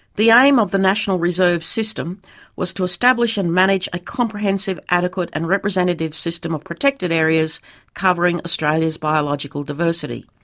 the aim of the national reserve system was to establish and manage a comprehensive, adequate and representative system of protected areas covering australia's biological diversity.